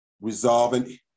resolving